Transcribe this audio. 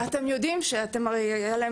הרי הם ידעו שהיא נפטרה.